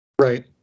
right